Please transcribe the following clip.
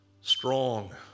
strong